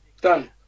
Done